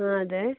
ആ അതെ